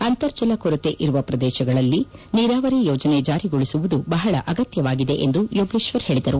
ಅಂತರ್ಜಲ ಕೊರತೆ ಇರುವ ಪ್ರದೇಶಗಳಲ್ಲಿ ನೀರಾವರಿ ಯೋಜನೆ ಜಾರಿಗೊಳಿಸುವುದು ಬಹಳ ಅಗತ್ತವಾಗಿದೆ ಎಂದು ಸಚಿವ ಯೋಗೇಶ್ವರ್ ಹೇಳಿದರು